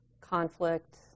conflict